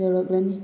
ꯌꯧꯔꯛꯂꯅꯤ